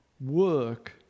work